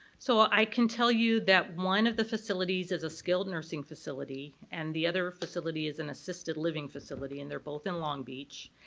so i can tell you that one of the facilities is a skilled nursing facility and the other facility is an assisted living facility and they're both in long beach.